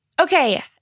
Okay